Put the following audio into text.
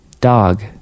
Dog